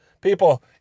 people